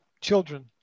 children